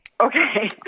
Okay